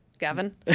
Gavin